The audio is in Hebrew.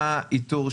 אלה עודפים.